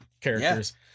characters